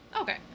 Okay